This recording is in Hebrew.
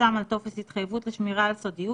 שחתם על טופס התחייבות לשמירה על סודיות